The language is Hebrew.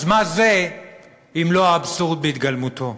מה זה אם לא האבסורד בהתגלמותו?